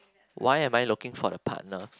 why am I looking for a partner